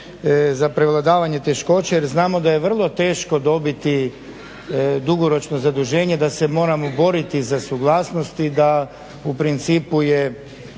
za prevladavanje teškoća. Jer znamo da je vrlo teško dobiti dugoročno zaduženje, da se moramo baviti za suglasnosti, da u principu je